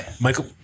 Michael